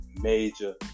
Major